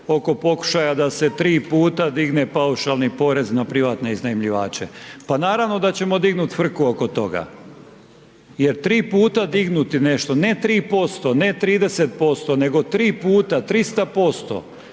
oko pokušaja da se tri puta digne paušalni porez na privatne iznajmljivače, pa naravno da ćemo dignut' frku oko toga, jer tri puta dignuti nešto, ne 3%, ne 30%, nego tri puta, 300%,